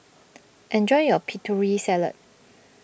enjoy your Putri Salad